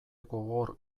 gogor